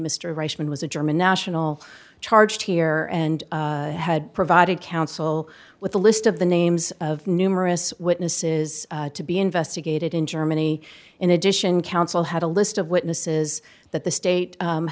mr reisman was a german national charged here and had provided counsel with a list of the names of numerous witnesses to be investigated in germany in addition counsel had a list of witnesses that the state